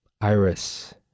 Iris